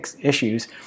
issues